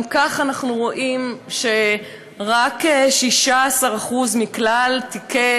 גם כך אנחנו רואים שרק 16% מכלל תיקי